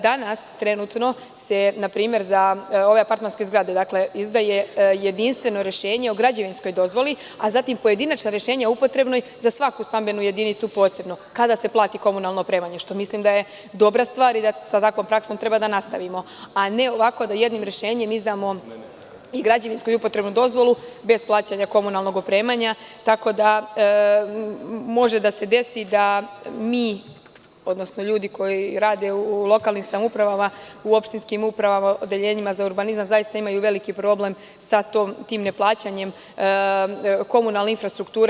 Danas trenutno se, na primer, za ove apartmanske zgrade izdaje jedinstveno rešenje o građevinskoj dozvoli, a zatim pojedinačno rešenje o upotrebnoj za svaku stambenu jedinicu posebno kada se plati komunalno opremanje, što mislim da je dobra stvar i da sa ovakvom praksom treba da nastavimo, a ne ovako, da jednim rešenjem izdamo i građevinsku i upotrebnu dozvolu bez plaćanja komunalnog opremanja, tako da može da se desi da mi, odnosno ljudi koji rade u lokalnim samoupravama, u opštinskim upravama odeljenjima za urbanizam zaista imaju veliki problem sa tim neplaćanjem komunalne infrastrukture.